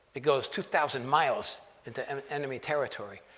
it goes two thousand miles into enemy territory.